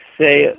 say